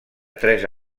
tres